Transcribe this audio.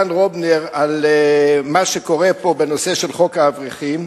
רן רובנר, "על מה שקורה פה בנושא של חוק האברכים,